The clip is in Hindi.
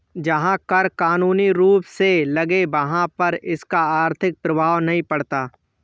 जहां कर कानूनी रूप से लगे वहाँ पर इसका आर्थिक प्रभाव नहीं पड़ता